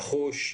נחוש,